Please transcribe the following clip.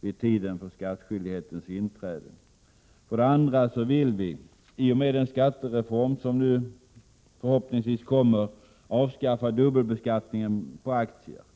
vid tiden för skattskyldighetens inträde. För det andra vill vi, i och med den skattereform som nu förhoppningsvis kommer, avskaffa dubbelbeskattningen på aktier.